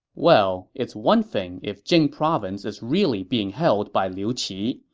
well, it's one thing if jing province is really being held by liu qi,